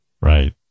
Right